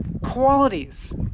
qualities